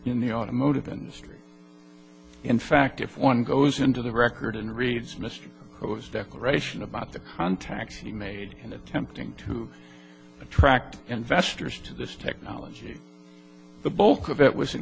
in the automotive industry in fact if one goes into the record and reads mr it was declaration about the contacts he made in attempting to attract investors to this technology the bulk of it was in